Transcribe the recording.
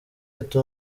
ati